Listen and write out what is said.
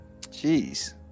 jeez